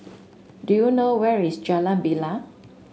do you know where is Jalan Bilal